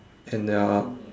and there are